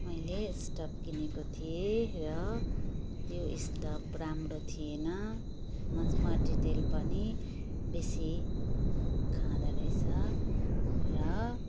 मैले स्टोभ किनेको थिएँ र त्यो स्टोभ राम्रो थिएन म मट्टिटेल पनि बेसी खाँदोरहेछ र